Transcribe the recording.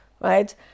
right